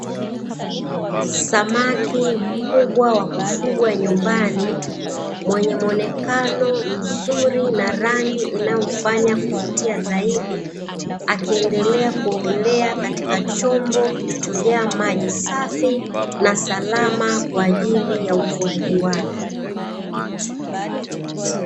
Samaki mkubwa wa kufugwa nyumbani, mwenye muonekano mzuri na rangi inayomfanya kuvutia zaidi, akiendelea kuogelea katika chombo kilichojaa maji safi na salama kwa ajili ya ukuaji wake.